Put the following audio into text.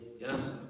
Yes